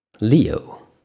Leo